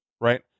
right